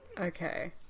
Okay